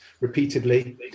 repeatedly